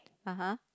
(uh huh)